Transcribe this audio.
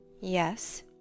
Yes